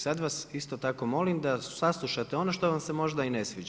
Sad vas isto tako molim, da saslušate ono što vam se možda i ne sviđa.